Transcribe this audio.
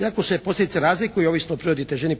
Iako se posljedice razliku ovisno o prirodi i težini